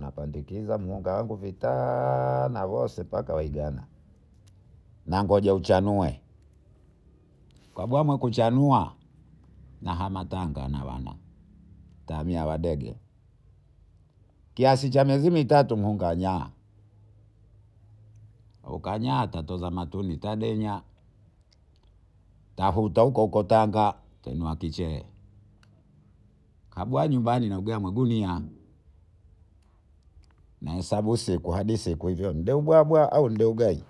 napandikizamuungawangu na navose mbakawaigana nangoja uchanue kabanwe kuchanua nahama tanga na wana ntahamia wadege kiasi cha miezi mitatu munganya ukanya katoza matuli tadenya kahokahukohuko tanga kenuakichele kagua nyumbani neugua magunia nahesabu siku hadi siku hivyo ndio ubwabwa au ndio ugali.